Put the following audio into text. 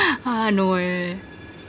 ah no eh